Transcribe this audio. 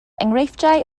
enghreifftiau